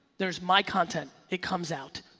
there's my content, it comes out.